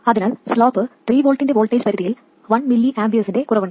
അതിനാൽ slope 3 V ന്റെ voltage പരിധിയിൽ 1 mAന്റെ കുറവുണ്ട്